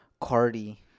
Cardi